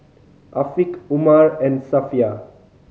Afiq Umar and Safiya